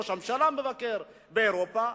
ראש הממשלה מבקר באירופה,